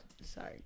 Sorry